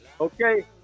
Okay